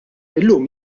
illum